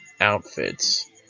outfits